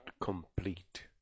complete